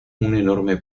enorme